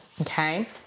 okay